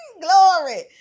Glory